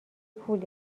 پول